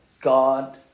God